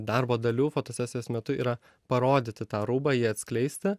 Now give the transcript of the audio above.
darbo dalių fotosesijos metu yra parodyti tą rūbą jį atskleisti